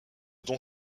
dont